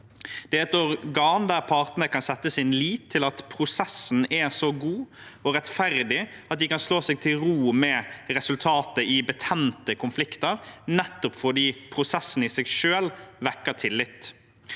Det er et organ der partene kan sette sin lit til at prosessen er så god og rettferdig at de kan slå seg til ro med resultatet i betente konflikter, nettopp fordi prosessen i seg selv vekker tillit.